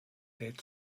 lädt